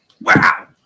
Wow